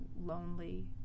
lonely